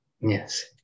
Yes